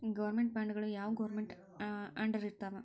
Government ಬಾಂಡ್ಗಳು ಯಾವ್ government ಅಂಡರಿರ್ತಾವ?